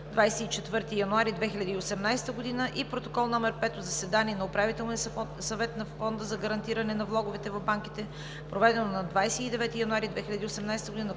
24 януари 2018 г. и Протокол № 5 от заседание на Управителния съвет на Фонда за гарантиране на влоговете в банките, проведено на 29 януари 2018 г., на